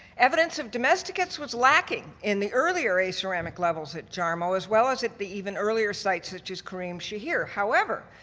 evidence of domesticates was lacking in the earlier aceramic levels at jarmo as well as at the even earlier sites such as karim shahir. however,